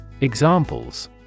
Examples